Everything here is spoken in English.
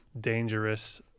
dangerous